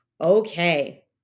Okay